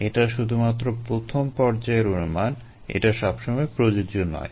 এটা শুধুমাত্র প্রথম পর্যায়ের অনুমান এটা সবসময় প্রযোজ্য নয়